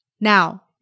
Now